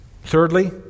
Thirdly